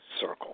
Circle